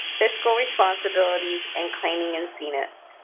fiscal responsibilities, and claiming in cnips.